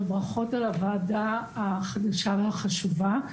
וברכות על הוועדה החדשה והחשובה.